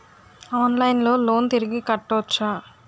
ఆన్లైన్లో లోన్ తిరిగి కట్టోచ్చా?